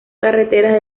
carreteras